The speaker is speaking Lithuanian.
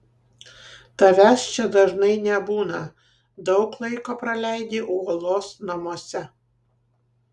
tavęs čia dažnai nebūna daug laiko praleidi uolos namuose